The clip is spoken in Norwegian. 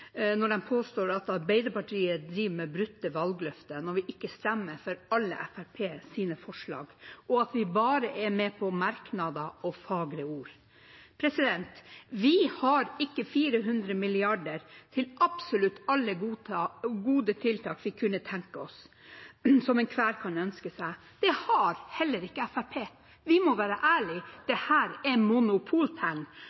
påstår at Arbeiderpartiet driver med brutte valgløfter når vi ikke stemmer for alle Fremskrittspartiets forslag, og at vi bare er med på merknader og fagre ord. Vi har ikke 400 mrd. kr til absolutt alle gode tiltak vi kunne tenke oss, og som enhver kan ønske seg. Det har heller ikke Fremskrittspartiet. Vi må være